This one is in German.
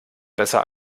besser